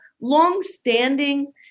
longstanding